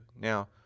Now